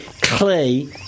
Clay